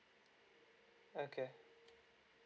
okay